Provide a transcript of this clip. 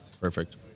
Perfect